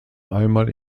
einmal